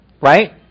Right